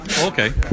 Okay